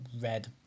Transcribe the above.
red